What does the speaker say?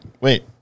Wait